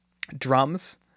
drums